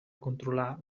controlar